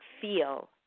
feel